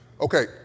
Okay